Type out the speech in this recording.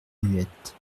muette